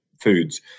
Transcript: foods